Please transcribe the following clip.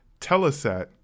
Telesat